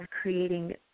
creating